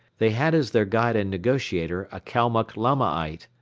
they had as their guide and negotiator a kalmuck lamaite.